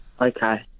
Okay